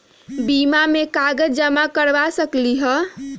बीमा में कागज जमाकर करवा सकलीहल?